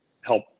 help